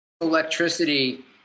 electricity